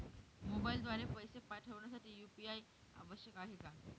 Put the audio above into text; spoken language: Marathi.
मोबाईलद्वारे पैसे पाठवण्यासाठी यू.पी.आय आवश्यक आहे का?